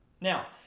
Now